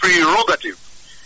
prerogative